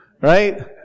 right